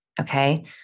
Okay